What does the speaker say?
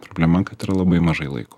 problema kad yra labai mažai laiko